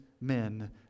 men